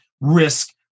risk